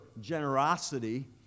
generosity